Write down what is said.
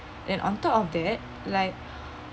and on top of that like